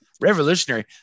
Revolutionary